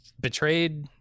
betrayed